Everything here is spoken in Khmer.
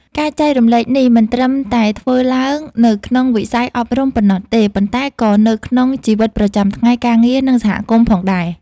ការចែករំលែកនេះមិនត្រឹមតែធ្វើឡើងនៅក្នុងវិស័យអប់រំប៉ុណ្ណោះទេ ប៉ុន្តែក៏នៅក្នុងជីវិតប្រចាំថ្ងៃ ការងារ និងសហគមន៍ផងដែរ។